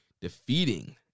defeating